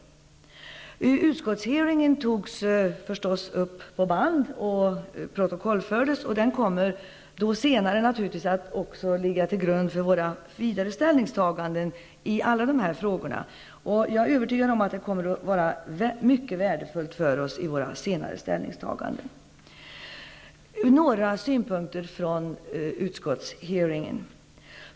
Utskottshearingen togs förstås upp på band och protokollfördes. Den kommer senare att ligga till grund för våra vidare ställningstaganden i alla dessa frågor. Jag är övertygad om att det kommer att vara mycket värdefullt för oss i våra senare ställningstaganden. Jag vill redogöra för några synpunkter från utskottshearingen.